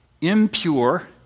impure